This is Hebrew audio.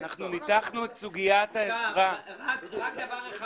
הם